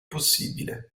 possibile